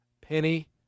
Penny